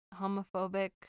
homophobic